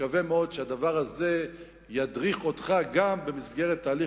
שהדבר הזה ידריך אותך גם במסגרת תהליך